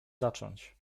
zacząć